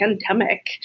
pandemic